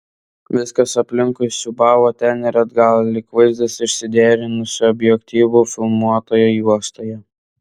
viskas aplinkui siūbavo ten ir atgal lyg vaizdas išsiderinusiu objektyvu filmuotoje juostoje